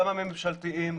גם הממשלתיים,